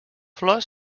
flors